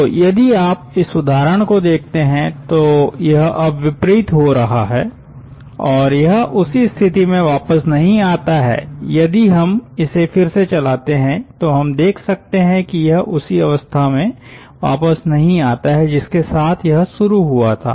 तो यदि आप इस उदाहरण को देखते हैं तो यह अब विपरीत हो रहा है और यह उसी स्थिति में वापस नहीं आता है यदि हम इसे फिर से चलाते हैं तो हम देख सकते है कि यह उसी अवस्था में वापस नहीं आता है जिसके साथ यह शुरू हुआ था